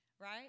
Right